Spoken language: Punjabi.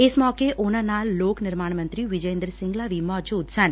ਇਸ ਮੌਕੇ ਉਨਾਂ ਨਾਲ ਲੱਕ ਨਿਰਮਾਣ ਮੰਤਰੀ ਵਿਜੇ ਇੰਦਰ ਸਿੰਗਲਾ ਵੀ ਮੌਜੁਦ ਸਨ